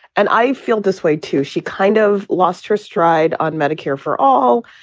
and i feel this way too she kind of lost her stride on medicare for all.